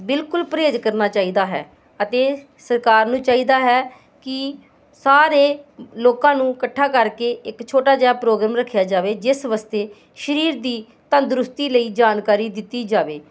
ਬਿਲਕੁਲ ਪਰਹੇਜ਼ ਕਰਨਾ ਚਾਹੀਦਾ ਹੈ ਅਤੇ ਸਰਕਾਰ ਨੂੰ ਚਾਹੀਦਾ ਹੈ ਕਿ ਸਾਰੇ ਲੋਕਾਂ ਨੂੰ ਇਕੱਠਾ ਕਰਕੇ ਇੱਕ ਛੋਟਾ ਜਿਹਾ ਪ੍ਰੋਗਰਾਮ ਰੱਖਿਆ ਜਾਵੇ ਜਿਸ ਵਾਸਤੇ ਸਰੀਰ ਦੀ ਤੰਦਰੁਸਤੀ ਲਈ ਜਾਣਕਾਰੀ ਦਿੱਤੀ ਜਾਵੇ